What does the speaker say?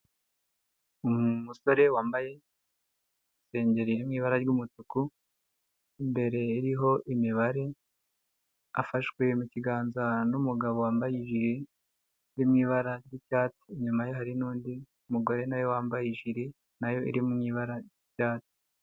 Umusore wambaye isengeri iri mu ibara ry'umutuku imbere hariho imibare afashwe mu kiganza n'umugabo wambaye ijiri iri mu ibara ry'icyatsi inyuma ye hari n'undi mugore nawe wambaye ijiri nayo iri mu ibara ry’icyatsi.